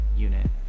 unit